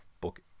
book